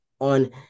on